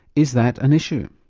is that an issue?